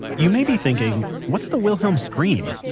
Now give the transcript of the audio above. you may be thinking, what's the wilhelm scream?